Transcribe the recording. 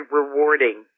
rewarding